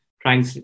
trying